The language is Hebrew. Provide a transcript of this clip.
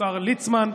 השר ליצמן,